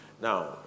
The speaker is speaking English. now